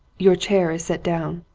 your chair is set down.